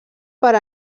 per